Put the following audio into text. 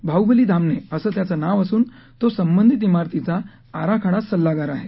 बाहुबली धामणे असं त्याचं नाव असून तो संबंधित मिरतीचा आराखडा सल्लागार आहे